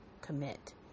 commit